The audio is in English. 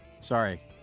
Sorry